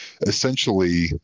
essentially